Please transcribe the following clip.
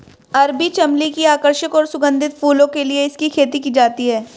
अरबी चमली की आकर्षक और सुगंधित फूलों के लिए इसकी खेती की जाती है